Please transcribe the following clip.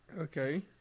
Okay